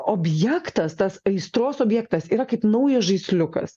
objektas tas aistros objektas yra kaip naujas žaisliukas